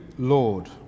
lord